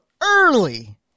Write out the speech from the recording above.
early